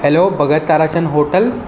hello Bhagat Tarachand hotel